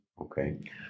okay